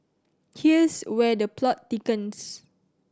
here's where the plot thickens